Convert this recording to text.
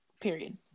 period